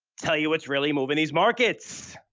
tell you what's really moving these markets.